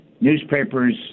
Newspapers